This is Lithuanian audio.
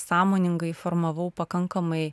sąmoningai formavau pakankamai